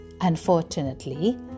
Unfortunately